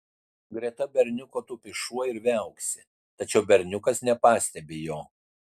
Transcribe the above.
greta berniuko tupi šuo ir viauksi tačiau berniukas nepastebi jo